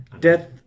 death